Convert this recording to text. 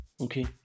Okay